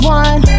one